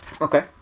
Okay